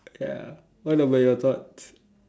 ya what about your thoughts